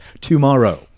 tomorrow